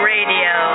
Radio